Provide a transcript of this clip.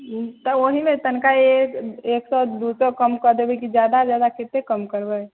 हम्म तऽ ओही लए तनिका एक एक सए दू सए कम कऽ देबै कि ज्यादा ज्यादा कतेक कम करबै